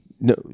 No